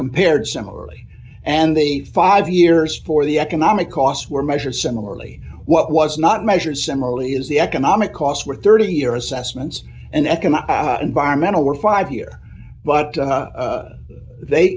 compared similarly and they five years for the economic costs were measured similarly what was not measured similarly as the economic costs were thirty year assessments and economic environmental were five year but they